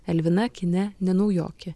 elvina kine ne naujokė